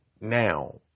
now